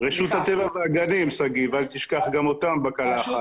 גם הם בקלחת.